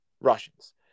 Russians